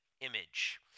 image